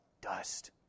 Dust